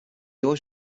always